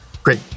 Great